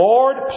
Lord